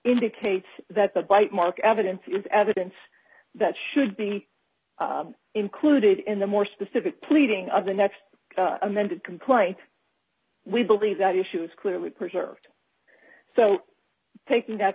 indicates that the bite mark evidence is evidence that should be included in the more specific pleading of the next amended complaint we believe that issue is clearly preserved so taking that